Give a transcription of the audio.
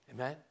Amen